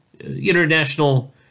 international